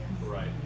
right